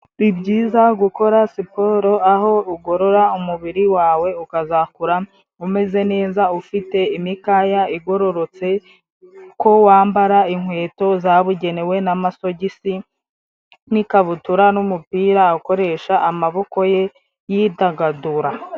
Ni byiza gukora siporo aho ugorora umubiri wawe ukazakura umeze neza, ufite imikaya igororotse, ko wambara inkweto zabugenewe n'amasogisi n'ikabutura n'umupira, akoresha amaboko ye yidagadura.